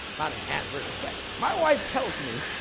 not an adverse effect. my wife tells me,